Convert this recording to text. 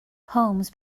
homes